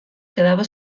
quedava